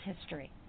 history